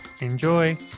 Enjoy